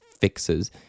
fixes